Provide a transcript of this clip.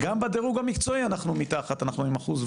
גם בדירוג המקצועי אנחנו מתחת, אנחנו עם 1.5%